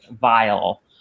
vile